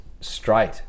straight